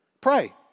Pray